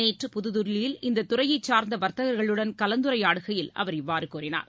நேற்று புதுதில்லியில் இந்த துறையை சார்ந்த வர்த்தகர்களுடன் கலந்துரையாடுகையில் அவர் இவ்வாறு கூறினார்